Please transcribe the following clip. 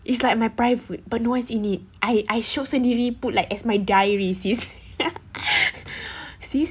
it's like my private but no one is in it I I shiok sendiri put like as my diary sis sis